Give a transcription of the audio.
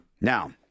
Now